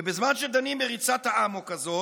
ובזמן שדנים בריצת האמוק הזאת,